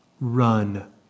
run